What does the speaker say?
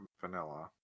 vanilla